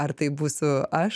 ar tai būsiu aš